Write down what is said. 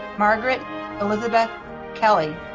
margaret elizabeth kelly.